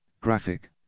Graphic